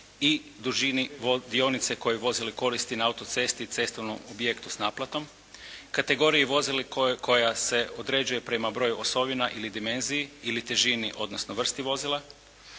i dužini dionice koje vozilo koristi na autocesti i cestovnom objektu s naplatom, kategoriji vozila koja se određuje prema broju osovina ili dimenziji ili težini odnosno vrsti vozila,